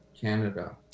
Canada